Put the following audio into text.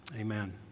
amen